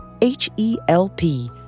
H-E-L-P